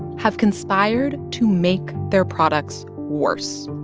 have conspired to make their products worse,